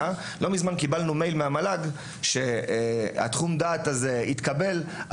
מזמן קיבלנו מייל מהמל"ג שאומר שתחום הדעת הזה התקבל,